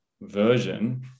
version